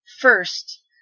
First